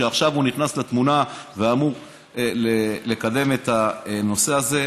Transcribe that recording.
שעכשיו נכנס לתמונה ואמור לקדם את הנושא הזה,